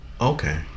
Okay